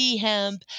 Hemp